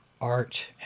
art